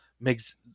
Makes